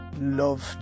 loved